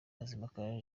mazimpaka